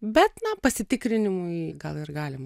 bet na pasitikrinimui gal ir galima